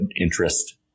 interest